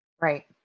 Right